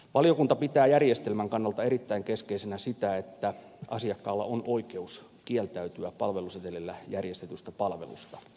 valiokunta pitää järjestelmän kannalta erittäin keskeisenä sitä että asiakkaalla on oikeus kieltäytyä palvelusetelillä järjestetystä palvelusta